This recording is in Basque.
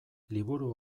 liburu